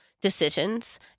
decisions